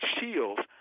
shields